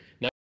Now